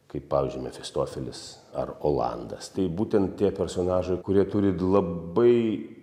kaip pavyzdžiui mefistofelis ar olandas tai būtent tie personažai kurie turi labai